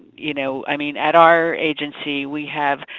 you know, i mean at our agency, we have